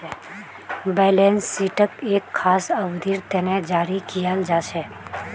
balance शीटक एक खास अवधिर तने जारी कियाल जा छे